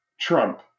Trump